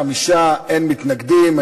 חמישה בעד, אין מתנגדים.